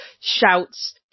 shouts